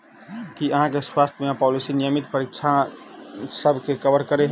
की अहाँ केँ स्वास्थ्य बीमा पॉलिसी नियमित परीक्षणसभ केँ कवर करे है?